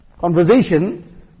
conversation